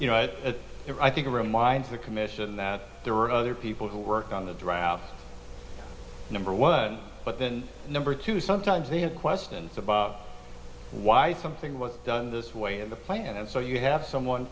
you know it i think reminds the commission that there are other people who worked on the draft number one but then number two sometimes they have questions about why something was done this way in the plan and so you have someone